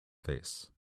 face